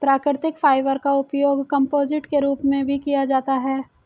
प्राकृतिक फाइबर का उपयोग कंपोजिट के रूप में भी किया जाता है